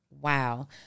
wow